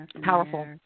Powerful